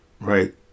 right